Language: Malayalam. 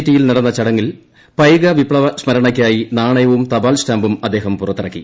ടിയിൽ നടന്ന ചടങ്ങിൽ പൈക വിപ്ലവ സ്മുര്ണയ്ക്കായി നാണയവും തപാൽ സ്റ്റാമ്പും അദ്ദേഹം പ്പുറത്തിറക്കി